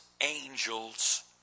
angels